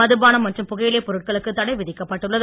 மதுபானம் மற்றும் புகையிலைப் பொருட்களுக்கு தடை விதிக்கப் பட்டுள்ளது